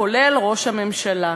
כולל ראש הממשלה.